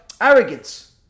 Arrogance